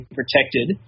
protected